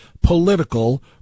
political